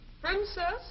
Princess